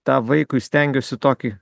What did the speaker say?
tą vaikui stengiuosi tokį